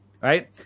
right